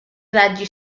raggi